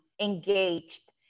engaged